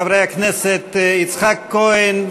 חברי הכנסת יצחק כהן,